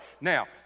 Now